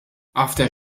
after